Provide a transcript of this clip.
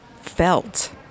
felt